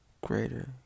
greater